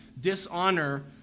dishonor